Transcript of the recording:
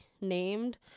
named